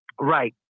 Right